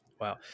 Wow